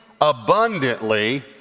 abundantly